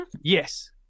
Yes